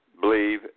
believe